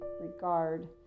regard